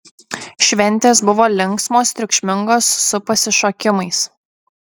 šventės buvo linksmos triukšmingos su pasišokimais